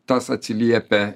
tas atsiliepia